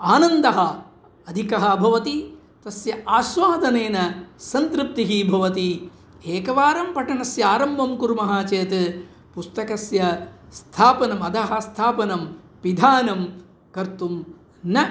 आनन्दः अधिकः भवति तस्य आस्वादनेन सन्तृप्तिः भवति एकवारं पठनस्य आरम्भं कुर्मः चेत् पुस्तकस्य स्थापनमधः स्थापनं पिधानं कर्तुं न